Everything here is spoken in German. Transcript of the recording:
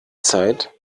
zeit